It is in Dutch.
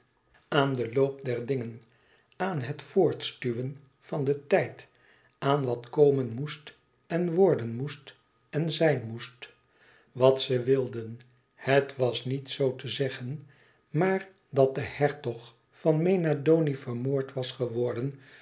aan den loop der dingen aan het voortstuwen van den tijd aan wat komen moest en worden moest en zijn moest wat ze wilden het was niet zoo te zeggen maar dat de hertog van mena doni vermoord was geworden